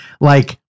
like-